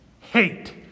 hate